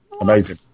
amazing